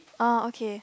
oh okay